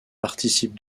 participe